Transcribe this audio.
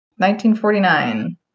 1949